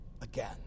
again